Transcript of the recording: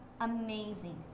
amazing